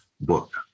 book